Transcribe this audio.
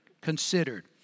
considered